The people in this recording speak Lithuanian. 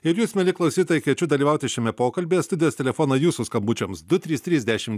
ir jūs mieli klausytojai kviečiu dalyvauti šiame pokalbyje studijos telefonai jūsų skambučiams du trys trys dešimt